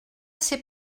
ser